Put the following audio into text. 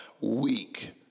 weak